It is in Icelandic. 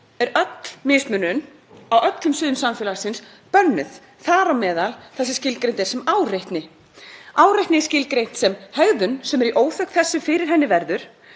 er öll mismunun á öllum sviðum samfélagsins bönnuð, þar á meðal það sem skilgreint er sem áreitni. Áreitni er skilgreind sem hegðun sem er í óþökk þess sem fyrir henni verður